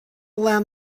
lend